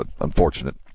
unfortunate